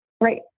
right